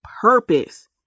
purpose